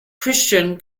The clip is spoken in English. christian